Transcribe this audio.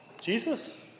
Jesus